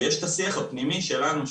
ויש את השיח הפנימי שלנו,